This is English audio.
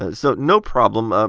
ah so no problem. ah